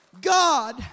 God